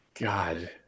god